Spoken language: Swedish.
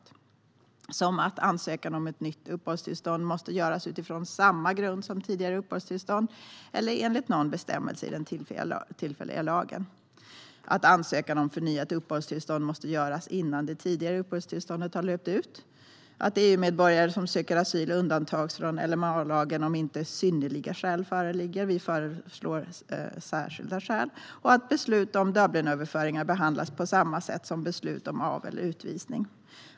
Det är sådant som att ansökan om nytt uppehållstillstånd måste göras utifrån samma grund som tidigare uppehållstillstånd eller enligt någon bestämmelse i den tillfälliga lagen och att ansökan om förnyat uppehållstillstånd måste göras innan det tidigare uppehållstillståndet har löpt ut. Det gäller också att EU-medborgare som söker asyl undantas från LMA-lagen om inte synnerliga skäl föreligger - vi föreslår särskilda skäl - och att beslut om Dublinöverföring behandlas på samma sätt som beslut om av eller utvisning.